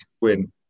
win